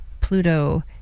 Pluto